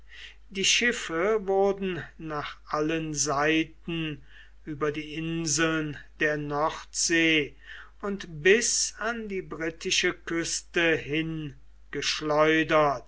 die schiffe wurden nach allen seiten über die inseln der nordsee und bis an die britische küste